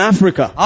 Africa